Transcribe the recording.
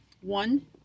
one